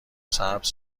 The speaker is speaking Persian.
سبز